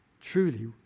truly